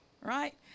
right